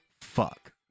fuck